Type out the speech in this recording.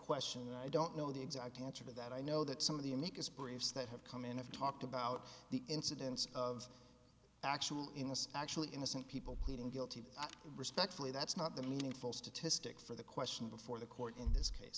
question and i don't know the exact answer to that i know that some of the amicus briefs that have come in have talked about the incidence of actual innocence actually innocent people pleading guilty i respectfully that's not the meaningful statistic for the question before the court in this case